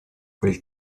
quel